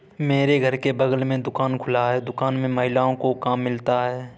मेरे घर के बगल में दुकान खुला है दुकान में महिलाओं को काम मिलता है